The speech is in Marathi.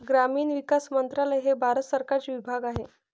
ग्रामीण विकास मंत्रालय हे भारत सरकारचे विभाग आहे